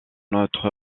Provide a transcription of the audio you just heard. notre